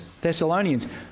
Thessalonians